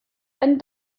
einen